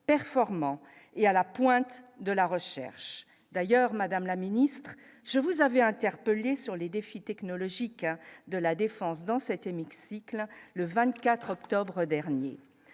performant et à la pointe de la recherche, d'ailleurs, Madame la Ministre, je vous avez interpellé sur les défis technologiques de la défense dans cette mixité la le 24 octobre dernier